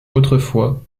autrefois